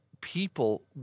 people